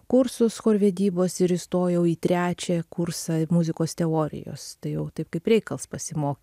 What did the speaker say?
kursus chorvedybos ir įstojau į trečią kursą muzikos teorijos tai jau taip kaip reikals pasimokiau